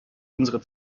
unsere